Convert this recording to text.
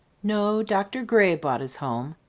no. dr. gray bought his home,